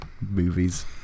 movies